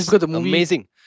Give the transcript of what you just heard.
amazing